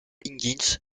hingis